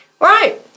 right